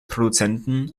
produzenten